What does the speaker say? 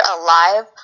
alive